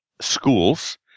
schools